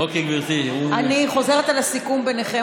אני חוזרת על הסיכום ביניכם.